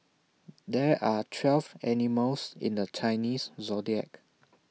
there are twelve animals in the Chinese Zodiac